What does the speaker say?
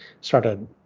started